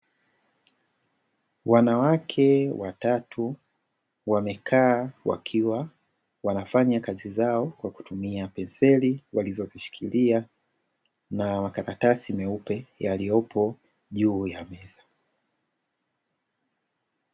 Wanawake watatu wamekaa wakiwa wanafanya kazi zao kwa kutumia penseli, walizozishikilia na makaratasi meupe yaliyopo juu ya meza.